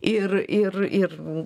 ir ir ir